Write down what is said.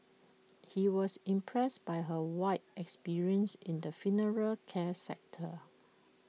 he was impressed by her wide experience in the funeral care sector